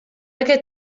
aquest